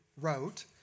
wrote